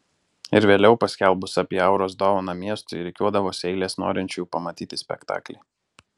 ir vėliau paskelbus apie auros dovaną miestui rikiuodavosi eilės norinčiųjų pamatyti spektaklį